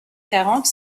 quarante